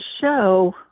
show